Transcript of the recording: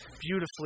beautifully